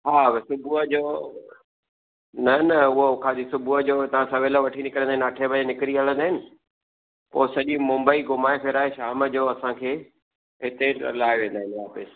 हा सुबुह जो न न उहो ख़ाली सुबुह जो हितां सवेल वठी निकरंदा आहिनि अठें बजे निकिरी हलंदा आहिनि पोइ सॼी मुंबई घुमाए फिराए शाम जो असां खे हिते लाहे वेंदा आहिनि वापिस